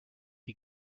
die